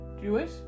Jewish